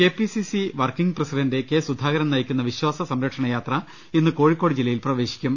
K P C C working president K Sudhakaran നയി ക്കുന്ന വിശ്ചാസ സംരക്ഷണയാത്ര ഇന്ന് കോഴിക്കോട് ജില്ലയിൽ പ്രവേശിക്കും